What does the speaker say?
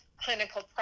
clinical